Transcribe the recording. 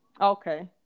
Okay